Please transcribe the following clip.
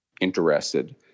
interested